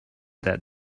that